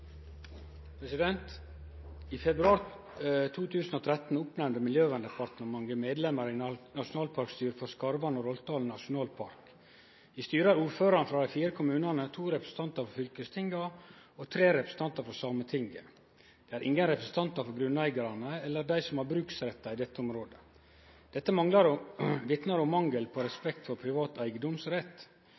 medlemar i nasjonalparkstyret for Skarvan og Roltdalen nasjonalpark. I styret er ordførarane frå dei fire kommunane, to representantar for fylkestinga og tre representantar for Sametinget. Det er ingen representantar for grunneigarane eller dei som har bruksrettar i dette området. Dette vitnar om mangel på respekt for privat eigedomsrett.